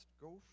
go